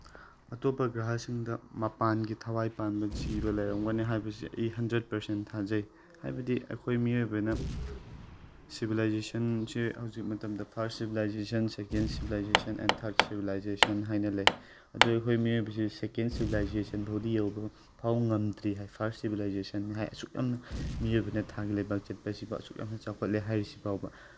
ꯑꯇꯣꯞꯄ ꯒ꯭ꯔꯍꯁꯤꯡꯗ ꯃꯄꯥꯟꯁꯤꯡꯒꯤ ꯊꯋꯥꯏ ꯄꯥꯟꯕ ꯖꯤꯕ ꯂꯩꯔꯝꯒꯅꯤ ꯍꯥꯏꯕꯁꯤ ꯑꯩ ꯍꯟꯗ꯭ꯔꯦꯠ ꯄꯔꯁꯦꯟ ꯊꯥꯖꯩ ꯍꯥꯏꯕꯗꯤ ꯑꯩꯈꯣꯏ ꯃꯤꯑꯣꯏꯕꯅ ꯁꯤꯕꯤꯂꯥꯏꯖꯦꯁꯟꯁꯤ ꯍꯧꯖꯤꯛ ꯃꯇꯝꯗ first civilization second civilization and third civilization ꯍꯥꯏꯅ ꯂꯩ ꯑꯗꯨ ꯑꯩꯈꯣꯏ ꯃꯤꯑꯣꯏꯕꯁꯦ ꯁꯦꯀꯦꯟ ꯁꯤꯕꯤꯂꯥꯏꯖꯦꯁꯟꯐꯥꯎꯗꯤ ꯌꯧꯕ ꯐꯥꯎꯕ ꯉꯝꯗ꯭ꯔꯤ ꯍꯥꯏ ꯐꯥꯔꯁ ꯁꯤꯕꯤꯂꯥꯏꯖꯦꯁꯟ ꯍꯥꯏ ꯑꯁꯨꯛ ꯌꯥꯝꯅ ꯃꯤꯑꯣꯏꯕꯅ ꯊꯥꯒꯤ ꯂꯩꯕꯥꯛ ꯆꯠꯄꯁꯤꯐꯥꯎ ꯑꯁꯨꯛ ꯌꯥꯝ ꯆꯥꯎꯈꯠꯂꯦ ꯍꯥꯏꯔꯤꯁꯤ ꯐꯥꯎꯕ